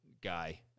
guy